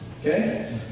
Okay